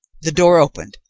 the door opened,